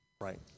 Right